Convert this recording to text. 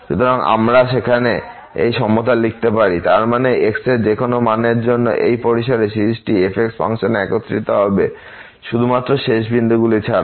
সুতরাং আমরা সেখানে এই সমতা লিখতে পারি তার মানে x এর যেকোনো মানের জন্য এই পরিসরের সিরিজটি f ফাংশনে একত্রিত হবে শুধুমাত্র শেষ বিন্দুগুলি ছাড়া